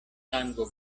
sango